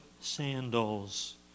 sandals